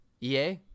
EA